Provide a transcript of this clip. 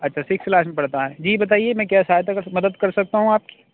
اچھا six class میں پڑھتا ہے جی بتائیے میں کیا سہایتا کر سکھ مدد کر سکتا ہوں آپ کی